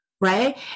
right